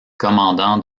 commandant